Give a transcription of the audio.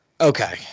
Okay